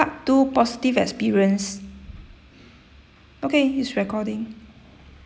part two positive experience okay it's recording